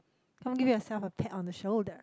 come give yourself a pat on the shoulder